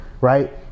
right